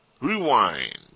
Rewind